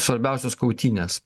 svarbiausios kautynės